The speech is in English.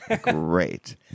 Great